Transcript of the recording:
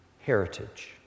heritage